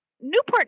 Newport